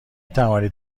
توانید